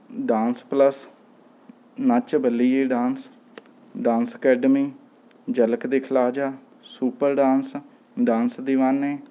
dance plus Nach Baliye dance dance academy Jhalak Dikhla Jaa super dance dance Deewane